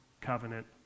covenant